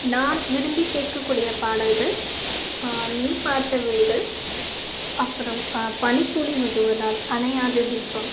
நான் விரும்பி கேட்கக்கூடிய பாடல்கள் நீ பார்த்த விழிகள் அப்புறோம் பனித்துளி விழுவதால் அணையாதது இன்பம்